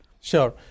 Sure